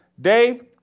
Dave